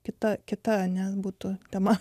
kita kita ne būtų tema